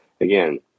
again